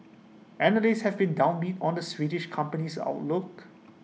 analysts have been downbeat on the Swedish company's outlook